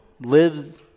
lives